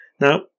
now